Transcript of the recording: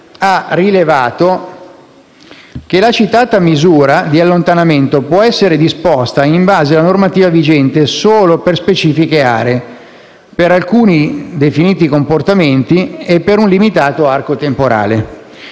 ha rilevato che la citata misura di allontanamento può essere disposta, in base alla normativa vigente, solo per specifiche aree, per alcuni definiti comportamenti e per un limitato arco temporale.